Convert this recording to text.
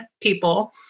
people